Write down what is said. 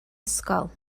ysgol